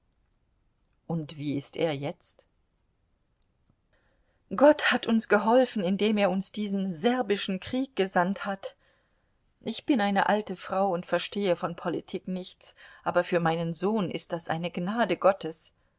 und wie ist er jetzt gott hat uns geholfen indem er uns diesen serbischen krieg gesandt hat ich bin eine alte frau und verstehe von politik nichts aber für meinen sohn ist das eine gnade gottes